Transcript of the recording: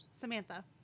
Samantha